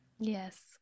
Yes